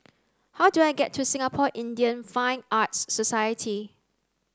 how do I get to Singapore Indian Fine Arts Society